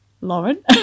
Lauren